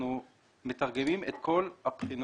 אנחנו מתרגמים את כל הבחינות